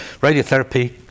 Radiotherapy